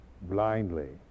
blindly